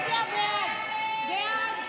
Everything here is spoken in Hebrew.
הסתייגות 1943 לא נתקבלה.